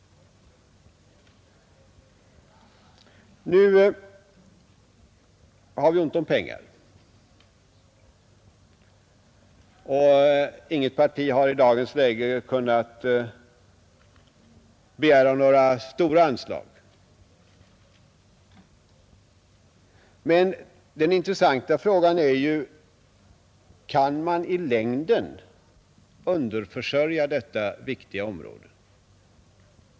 Nu har vi ont om pengar, och inget parti har i dagens läge kunnat begära några stora anslag. Men den intressanta frågan är ju: Kan man i längden underförsörja detta viktiga område?